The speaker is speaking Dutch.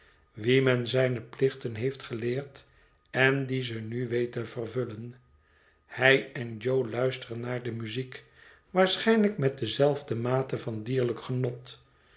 wien men zijne plichten heeft geleerd en die ze nu weet te vervullen hij en jo luisteren naar de muziek waarschijnlijk met dezelfde mate van dierlijk genot